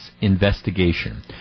investigation